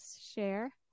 share